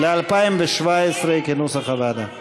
ל-2017, כנוסח הוועדה.